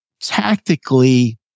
tactically